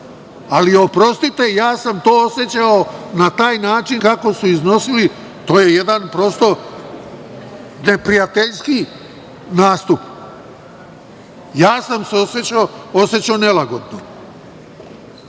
Ali, oprostite, ja sam to osećao na taj način kako su iznosili, to je jedan prosto neprijateljski nastup. Ja sam se osećao nelagodno.